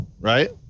right